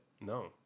no